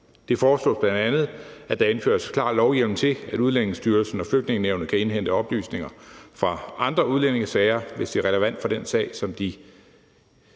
Det foreslås bl.a., at der indføres klar lovhjemmel til, at Udlændingestyrelsen og Flygtningenævnet kan indhente oplysninger fra andre udlændingesager, hvis det er relevant for den sag, som de